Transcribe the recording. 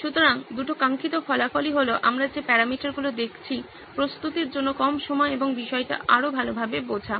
সুতরাং দুটি কাঙ্খিত ফলাফলই হলো আমরা যে প্যারামিটারগুলি দেখছি প্রস্তুতির জন্য কম সময় এবং বিষয়টা আরও ভালোভাবে বোঝা